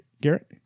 Garrett